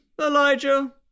Elijah